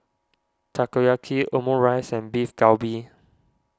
Takoyaki Omurice and Beef Galbi